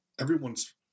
Everyone's